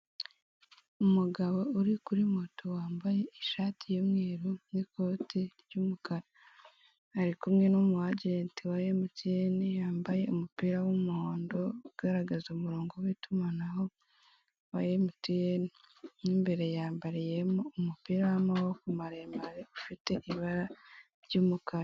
Umugabo uri kuri moto wamabaye ishati y'umweru n'ikote ry'umukara, ari kumwe n'umu ajeti wa emutiyene, yambaye umupira w'umuhondo ugaragaza umuronko w'itumanaho wa emutiyene, mo imbere yambariyemo umupira w'amaboko maremare ufite ibara ry'umukara.